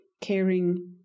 caring